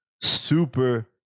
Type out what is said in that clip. Super